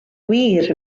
wir